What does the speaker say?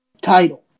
title